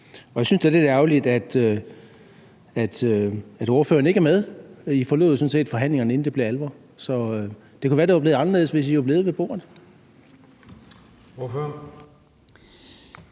Jeg synes, det er lidt ærgerligt, at ordføreren ikke er med – I forlod jo sådan set forhandlingerne, inden det blev alvor. Det kunne være, det var blevet anderledes, hvis I var blevet ved bordet.